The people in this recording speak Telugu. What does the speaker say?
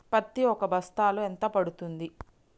పత్తి ఒక బస్తాలో ఎంత పడ్తుంది?